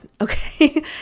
okay